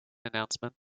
announcement